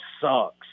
sucks